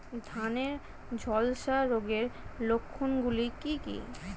ধানের ঝলসা রোগের লক্ষণগুলি কি কি?